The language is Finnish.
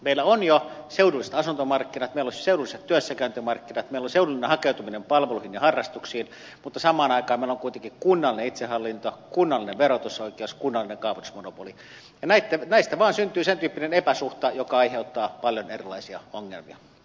meillä on jo seudulliset asuntomarkkinat meillä on seudulliset työssäkäyntimarkkinat meillä on seudullinen hakeutuminen palveluihin ja harrastuksiin mutta samaan aikaan meillä on kuitenkin kunnallinen itsehallinto kunnallinen verotusoikeus kunnallinen kaavoitusmonopoli ja näistä vaan syntyy sen tyyppinen epäsuhta joka aiheuttaa paljon erilaisia ongelmia